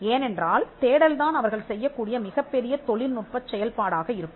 ஏனென்றால் தேடல்தான் அவர்கள் செய்யக்கூடிய மிகப்பெரிய தொழில்நுட்பச் செயல்பாடாக இருக்கும்